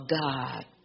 God